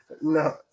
no